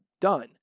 done